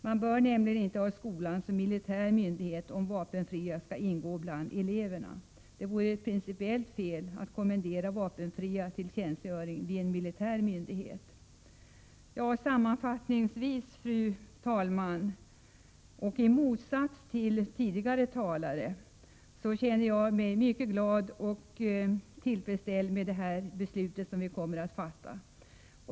Man bör nämligen inte ha skolan som militär myndighet om vapenfria skall ingå bland eleverna. Det vore principiellt fel att kommendera vapenfria till tjänstgöring vid en militär myndighet. Sammanfattningsvis, fru talman, och i motsats till tidigare talare känner jag mig mycket glad och tillfredsställd med det beslut vi nu kommer att fatta.